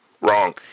Wrong